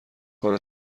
کار